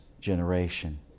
generation